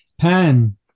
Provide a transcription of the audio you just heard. Pen